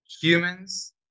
humans